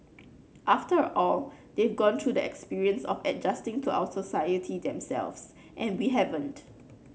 after all they've gone through the experience of adjusting to our society themselves and we haven't